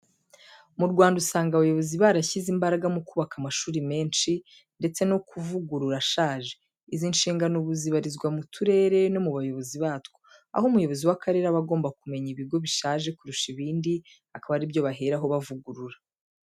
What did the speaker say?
Mu Rwanda usanga abayobozi barashyize imbaraga mu kubaka amashuri menshi, ndetse no kuvugurura ashaje, izi nshingano ubu zibarizwa mu turere no mu bayobozi batwo, aho umuyobozi w'akarere aba agomba kumenya ibigo bishaje kurusha ibindi akaba ari byo baheraho bavugurura.